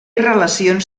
relacions